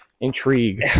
Intrigue